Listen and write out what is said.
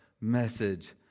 message